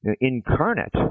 incarnate